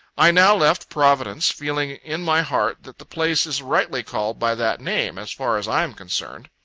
i now left providence, feeling in my heart that the place is rightly called by that name, as far as i am concerned.